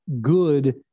good